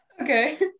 Okay